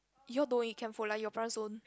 you all don't eat can food like your parents don't